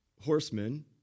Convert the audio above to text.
horsemen